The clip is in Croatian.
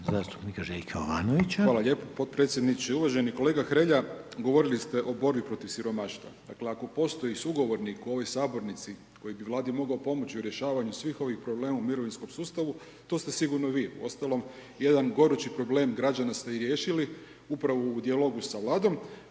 **Jovanović, Željko (SDP)** Hvala lijepo podpredsjedniče. Uvaženi kolega Hrelja, govorili ste o borbi protiv siromaštva, dakle, ako postoji sugovornik u ovoj sabornici koji bi Vladi mogao pomoći u rješavanju svih ovih problema u mirovinskom sustavu, to ste sigurno vi. Uostalom jedan gorući problem građana ste i riješili upravo u dijalogu sa Vladom,